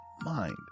mind